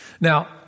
Now